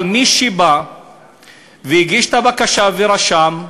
אבל מי שבא והגיש את הבקשה ורשם,